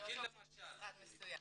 אנחנו לא שולחים למשרד מסוים.